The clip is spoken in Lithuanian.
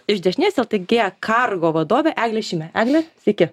iš dešinės ltg kargo vadovė eglė šimė egle sveiki